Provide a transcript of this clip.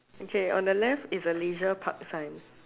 okay on the left is a leisure park sign